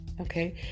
Okay